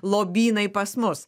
lobynai pas mus